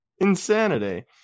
insanity